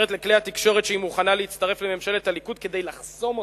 אומרת לכלי התקשורת שהיא מוכנה להצטרף לממשלת הליכוד כדי לחסום אותם,